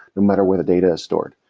no matter where the data is stored.